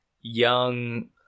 young